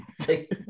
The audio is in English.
take